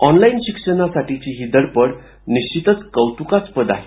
online शिक्षणासाठीची ही धडपड निश्चित कौतुकास्पद आहे